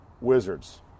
Wizards